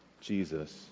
Jesus